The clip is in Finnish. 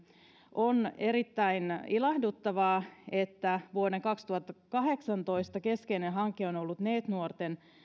on erittäin ilahduttavaa että vuoden kaksituhattakahdeksantoista keskeinen hanke myös kelassa on ollut neet nuorten